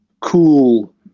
cool